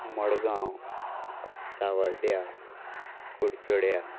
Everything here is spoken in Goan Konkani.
मडगांव सावड्ड्या कुडचड्या